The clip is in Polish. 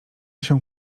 się